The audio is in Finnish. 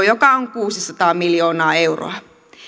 joka on kuusisataa miljoonaa euroa